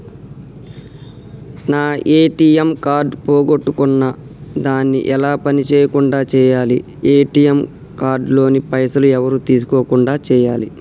నా ATM card పోగొట్టుకున్నా దాన్ని ఎలా పని చేయకుండా చేయాలి ఏ.టి.ఎమ్ కార్డు లోని పైసలు ఎవరు తీసుకోకుండా చేయాలి?